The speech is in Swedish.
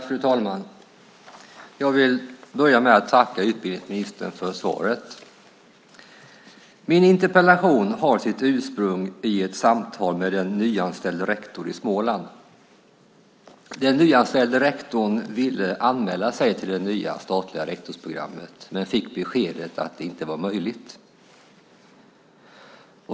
Fru talman! Jag vill börja med att tacka utbildningsministern för svaret. Min interpellation har sitt ursprung i ett samtal med en nyanställd rektor i Småland. Den nyanställde rektorn ville anmäla sig till det nya statliga rektorsprogrammet men fick beskedet att det inte var möjligt.